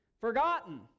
forgotten